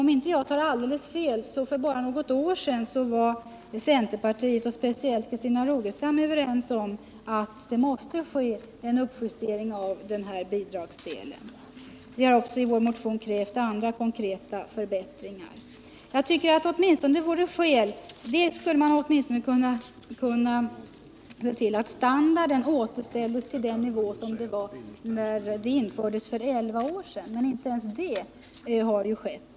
Om jag inte tar alldeles fel var centerpartiet, och framför allt Christina Rogestam, för bara något år sedan överens med oss om att det måste ske en uppjustering av bidragsdelen. Vi har också i vår motion krävt andra konkreta förbättringar. Jag tycker att man åtminstone skulle kunna se till att stödet återställs till samma nivå som när det infördes för elva år sedan, men inte ens det har skett.